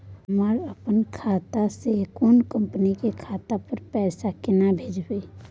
हम अपन खाता से कोनो कंपनी के खाता पर पैसा केना भेजिए?